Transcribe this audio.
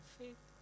faith